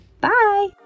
Bye